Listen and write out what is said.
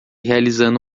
realizando